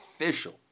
official